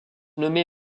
nommé